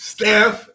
Steph